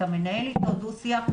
אתה מנהל אתו דו שיח.